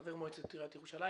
חבר מועצת עיריית ירושלים.